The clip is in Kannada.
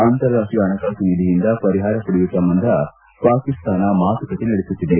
ಅಂತಾರಾಷ್ಟೀಯ ಹಣಕಾಸು ನಿಧಿಯಿಂದ ಪರಿಹಾರ ಪಡೆಯುವ ಸಂಬಂಧ ಪಾಕಿಸ್ತಾನ ಮಾತುಕತೆ ನಡೆಸುತ್ತಿದೆ